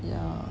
yeah